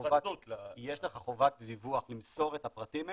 התייחסות ל --- יש לך חובת דיווח למסור את הפרטים האלה,